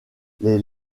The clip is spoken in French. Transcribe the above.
les